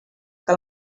que